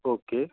okay